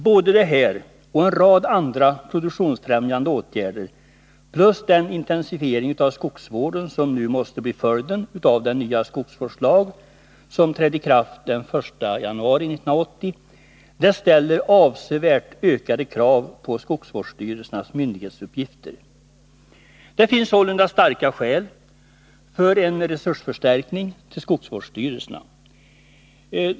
Både det här och en rad andra produktionsfrämjande åtgärder plus den intensifiering av skogsvården, som nu måste bli följden av den nya skogsvårdslag som trädde i kraft den 1 januari 1980, ställer avsevärt ökade krav på skogsvårdsstyrelsernas myndighetsuppgifter. Det finns sålunda starka skäl för en resursförstärkning till skogsvårdsstyrelserna.